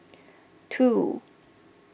two